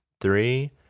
three